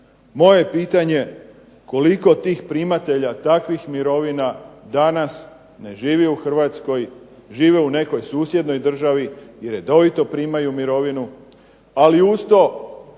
moje pitanje koliko tih primatelja takvih mirovina danas ne žive u Hrvatskoj, žive u nekoj susjednoj državi, i redovito primaju mirovinu ali uz to